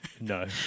no